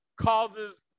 causes